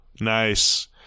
Nice